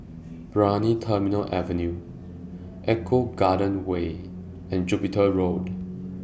Brani Terminal Avenue Eco Garden Way and Jupiter Road